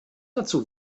dazu